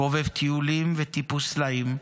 חובב טיולים וטיפוס סלעים,